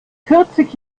vierzig